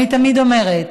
אני תמיד אומרת: